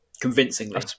convincingly